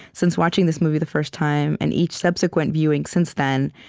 since watching this movie the first time, and each subsequent viewing since then,